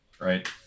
right